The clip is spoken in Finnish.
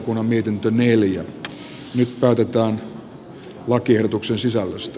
nyt päätetään lakiehdotuksen sisällöstä